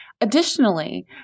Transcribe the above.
Additionally